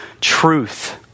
truth